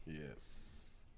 Yes